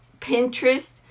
Pinterest